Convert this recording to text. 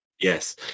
Yes